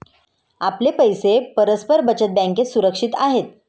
आपले पैसे परस्पर बचत बँकेत सुरक्षित आहेत